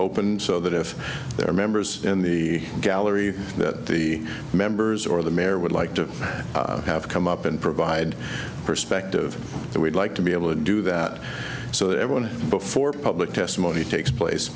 open so that if there are members in the gallery that the members or the mayor would like to have come up and provide a perspective that we'd like to be able to do that so that everyone before public testimony takes place